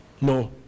No